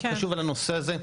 חשוב לנושא הזה?